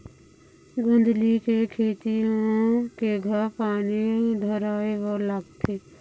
गोंदली के खेती म केघा पानी धराए बर लागथे?